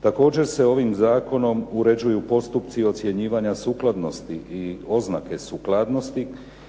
Također se ovim zakonom uređuju postupci ocjenjivanja sukladnosti i oznake sukladnosti